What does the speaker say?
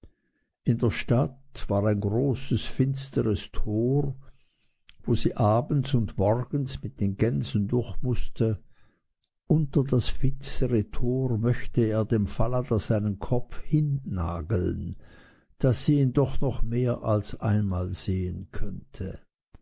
in der stadt war ein großes finsteres tor wo sie abends und morgens mit den gänsen durch mußte unter das finstere tor möchte er dem falada seinen kopf hinnageln daß sie ihn doch noch mehr als einmal sehen könnte